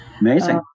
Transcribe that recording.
Amazing